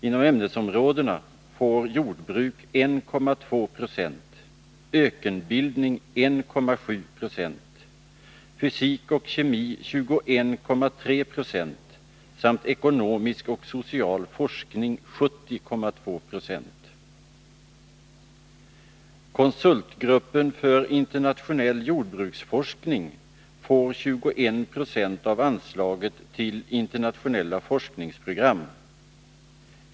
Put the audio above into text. Inom ämnesområdena får jordbruk 1,2 26, ökenbildning 1,7 96, fysik och kemi 21,3 70 samt ekonomisk och social forskning 70,2 90. Konsultgruppen för internationell jordbruksforskning får 21 20 av anslaget till internationella forskningsprogram.